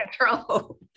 control